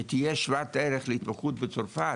שתהיה שוות ערך להתמחות בצרפת,